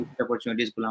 opportunities